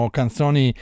canzoni